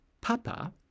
Papa